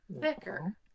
Thicker